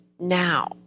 now